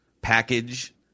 package